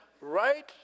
right